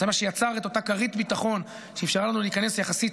זה מה שיצר את אותה כרית ביטחון שאפשרה לנו להיכנס יחסית